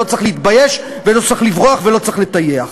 צריך להתבייש ולא צריך לברוח ולא צריך לטייח.